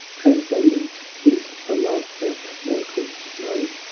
transcendent is the love that mortals know,